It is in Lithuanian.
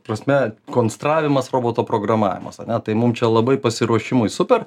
prasme konstravimas roboto programavimas ane tai mum čia labai pasiruošimui super